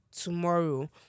tomorrow